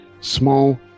small